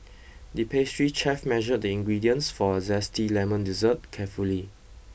the pastry chef measured the ingredients for a zesty lemon dessert carefully